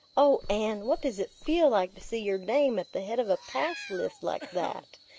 oh, anne, what does it feel like to see your name at the head of a pass list like that?